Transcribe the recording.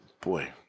Boy